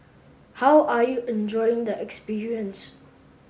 how are you enjoying the experience